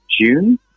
June